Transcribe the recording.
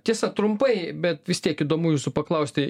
tiesa trumpai bet vis tiek įdomu jūsų paklausti